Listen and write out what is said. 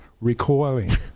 recoiling